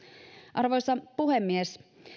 arvoisa puhemies